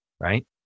right